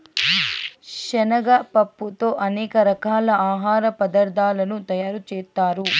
శనగ పప్పుతో అనేక రకాల ఆహార పదార్థాలను తయారు చేత్తారు